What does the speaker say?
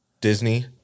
Disney